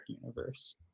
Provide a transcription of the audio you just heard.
universe